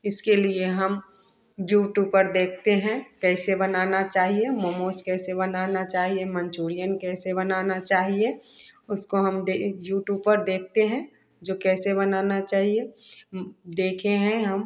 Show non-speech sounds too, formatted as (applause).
इसके लिए हम ज्यूटूब पर देखते हैं कैसे बनाना चाहिए मोमोस कैसे बनाना चाहिए मंचूरियन कैसे बनाना चाहिए उसको हम (unintelligible) यूटूब पर देखते हैं जो कैसे बनाना चाहिए देखे हैं हम